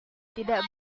tidak